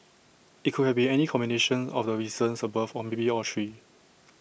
IT could have been any combination of the reasons above or maybe all three